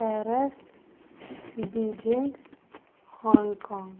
Paris Beijing Hong Kong